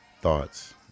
thoughts